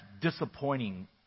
disappointing